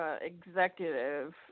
Executive